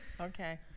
Okay